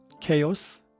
chaos